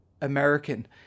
American